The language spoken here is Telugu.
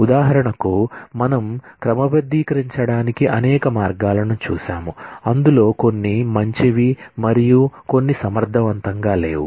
ఉదాహరణకు మనం క్రమబద్ధీకరించడానికి అనేక మార్గాలను చూశాము అందులో కొన్ని మంచివి మరియు కొన్ని సమర్థవంతంగా లేవు